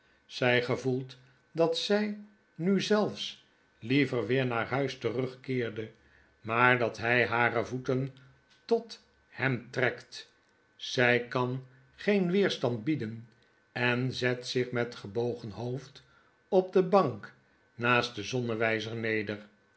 zjj gevoelt dat zy nu zelfs liever weer naar huis terugkeerde maar dat hy hare voeten tot hem trekt zjj kan geenweerstand bieden en zet zich met gebogen hoofd op de bank naast den zonnewijzer neder